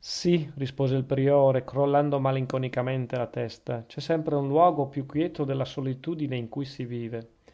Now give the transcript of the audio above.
sì rispose il priore crollando malinconicamente la testa c'è sempre un luogo più quieto della solitudine in cui si vive